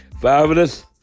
Fabulous